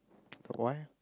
but why